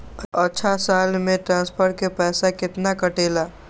अछा साल मे ट्रांसफर के पैसा केतना कटेला?